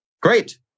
Great